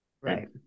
Right